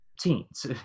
teens